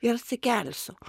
ir atsikelsiu